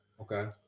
okay